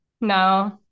no